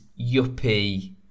yuppie